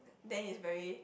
then is very